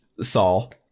Saul